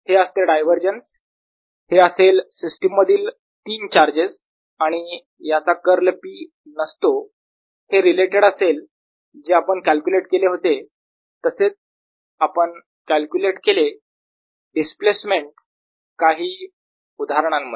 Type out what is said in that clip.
हे असते डायव्हरजन्स हे असेल सिस्टीम मधील तीन चार्जेस आणि याचा कर्ल P नसतो हे रिलेटेड असेल जे आपण कॅल्क्युलेट केले होते तसेच आपण कॅल्क्युलेट केले डिस्प्लेसमेंट काही उदाहरणांमध्ये